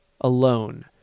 Alone